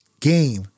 game